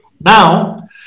Now